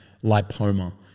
lipoma